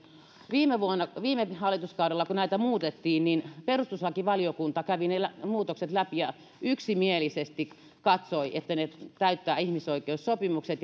viime hallituskaudella kun näitä muutettiin niin perustuslakivaliokunta kävi ne muutokset läpi ja yksimielisesti katsoi että ne täyttävät ihmisoikeussopimukset